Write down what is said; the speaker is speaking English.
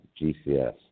GCS